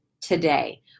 today